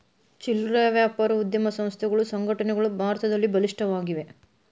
ಚಿಲ್ಲರೆ ವ್ಯಾಪಾರ ಉದ್ಯಮ ಸಂಸ್ಥೆಗಳು ಸಂಘಟನೆಗಳು ಭಾರತದಲ್ಲಿ ಬಲಿಷ್ಠವಾಗಿವೆ